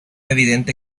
evidente